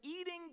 eating